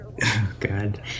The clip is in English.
God